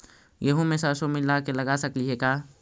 गेहूं मे सरसों मिला के लगा सकली हे का?